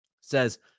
says